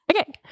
Okay